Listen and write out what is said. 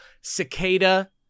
Cicada